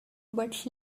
but